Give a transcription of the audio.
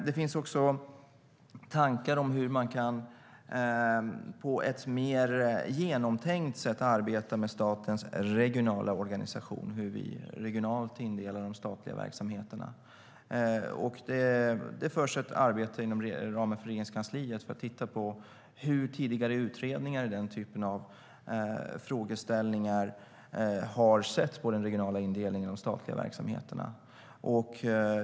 Det finns också tankar om hur man på ett mer genomtänkt sätt kan arbeta med statens regionala organisation och hur vi regionalt indelar de statliga verksamheterna. Det förs ett arbete inom ramen för Regeringskansliet för att titta på hur tidigare utredningar i den typen av frågeställningar har sett på den regionala indelningen av de statliga verksamheterna.